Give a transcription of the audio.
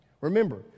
Remember